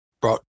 brought